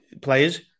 players